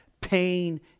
pain